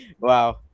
Wow